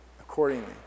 accordingly